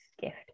gift